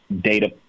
data